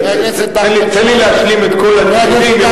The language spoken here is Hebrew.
תן לי להשלים את כל הטיעונים,